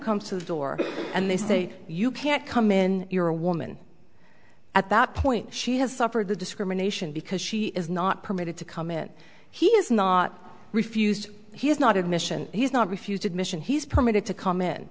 comes to the door and they say you can't come in you're a woman at that point she has suffered the discrimination because she is not permitted to come in he is not refused he is not admission he's not refused admission he's permitted to come